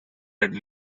are